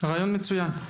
רעין מצוין.